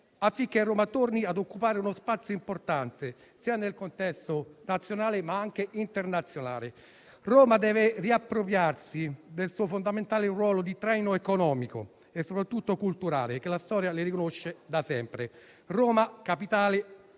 affinché Roma torni ad occupare uno spazio importante nel contesto sia nazionale che internazionale. Roma deve riappropriarsi del suo fondamentale ruolo di traino economico e soprattutto culturale, che la storia le riconosce da sempre. Roma capitale